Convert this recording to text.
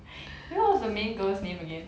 eh what was the main girl's name again